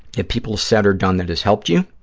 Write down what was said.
have people said or done that has helped you?